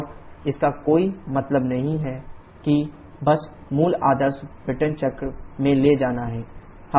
और इसका कोई मतलब नहीं है कि बस मूल आदर्श ब्रेटन चक्र में ले जाना है